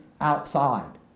outside